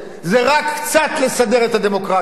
זה רק קצת לסדר את הדמוקרטיה.